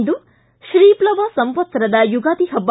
ಇಂದು ಶ್ರೀ ಪ್ಲವ ಸಂವತ್ಸರದ ಯುಗಾದಿ ಪಬ್ಬ